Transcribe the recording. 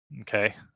Okay